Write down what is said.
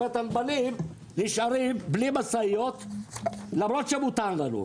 הנמלים נשארים בלי משאיות למרות שמותר לנו.